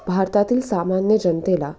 भारतातील सामान्य जनतेला